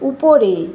উপরে